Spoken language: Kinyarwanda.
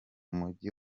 mujyi